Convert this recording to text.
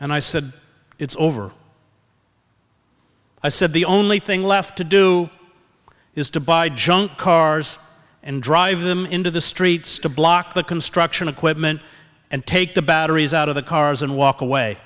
and i said it's over i said the only thing left to do is to buy junk cars and drive them into the streets to block the construction equipment and take the batteries out of the cars and walk away